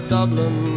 Dublin